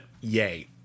yay